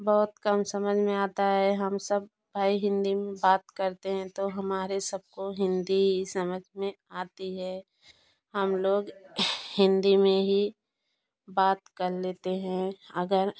बहुत कम समझ में आता है हम सब भाई हिंदी में बात करते हैं तो हमारे सबको हिंदी ही समझ में आती है हम लोग हिंदी में ही बात कर लेते हैं अगर